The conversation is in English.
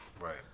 Right